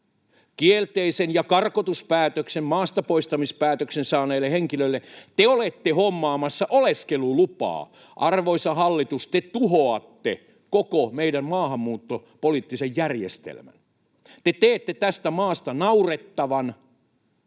kielteisen ja karkotuspäätöksen maasta poistamispäätöksen saaneille henkilöille te olette hommaamassa oleskelulupaa. Arvoisa hallitus, te tuhoatte koko meidän maahanmuuttopoliittisen järjestelmämme. Te teette tästä maasta naurettavan,